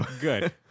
good